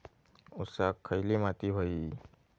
ऊसाक खयली माती व्हयी?